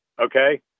Okay